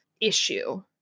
issue